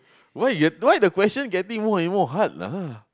why the why the question getting more and more hard lah